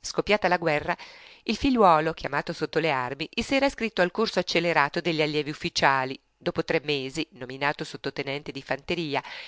scoppiata la guerra il figliuolo chiamato sotto le armi s'era iscritto al corso accelerato degli allievi ufficiali dopo tre mesi nominato sottotenente di fanteria